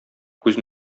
күз